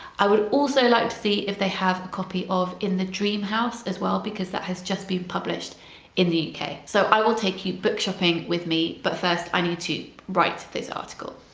i would also like to see if they have a copy of in the dream house as well because that has just been published in the uk so i will take you book shopping with me but first i need to write this article.